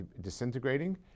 disintegrating